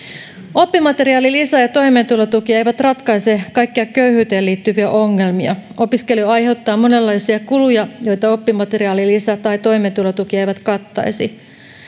oppimateriaalilisä ja toimeentulotuki eivät ratkaise kaikkia köyhyyteen liittyviä ongelmia opiskelu aiheuttaa monenlaisia kuluja joita oppimateriaalilisä tai toimeentulotuki eivät kattaisi